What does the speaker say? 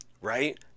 right